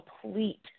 complete